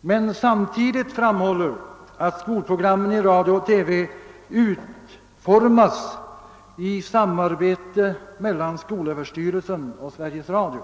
men samtidigt framhåller att skolprogrammen i radio och TV utformas i samar bete mellan skolöverstyrelsen och Sveriges Radio.